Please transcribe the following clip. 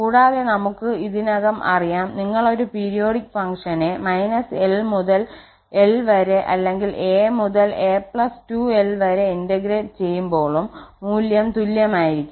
കൂടാതെ ഞങ്ങൾക്ക് ഇതിനകം അറിയാംനിങ്ങൾ ഒരു പീരിയോഡിക് ഫങ്ക്ഷനെ −𝑙 മുതൽ −𝑙 വരെ അല്ലെങ്കിൽ 𝑎 മുതൽ 𝑎 2𝑙 വരെ ഇന്റഗ്രേറ്റ് ചെയ്യുമ്പോളും മൂല്യം തുല്യമായിരിക്കും